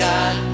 God